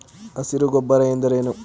ಹಸಿರು ಗೊಬ್ಬರ ಎಂದರೇನು?